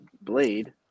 Blade